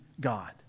God